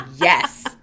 yes